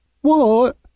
What